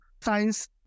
science